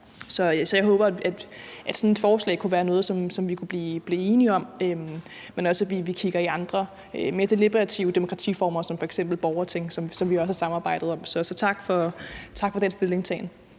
Så jeg håber, at sådan et forslag kunne være noget, som vi kunne blive enige om, men også, at vi kigger på andre mere deliberative demokratiformer som f.eks. borgerting, som vi også har samarbejdet om. Så tak for den stillingtagen.